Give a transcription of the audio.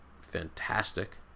fantastic